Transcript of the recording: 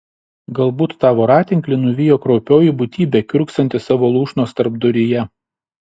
galbūt tą voratinklį nuvijo kraupioji būtybė kiurksanti savo lūšnos tarpduryje